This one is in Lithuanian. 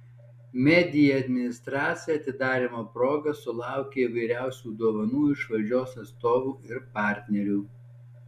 media administracija atidarymo proga sulaukė įvairiausių dovanų iš valdžios atstovų ir partnerių